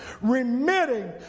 remitting